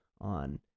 on